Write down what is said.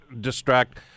distract